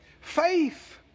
Faith